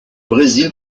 brésil